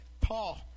Paul